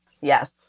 Yes